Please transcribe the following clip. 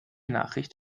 nachricht